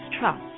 Trust